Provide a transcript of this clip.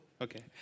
Okay